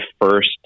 first